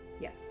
Yes